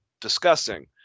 discussing